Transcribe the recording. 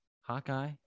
hawkeye